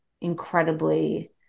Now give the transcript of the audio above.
incredibly